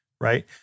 right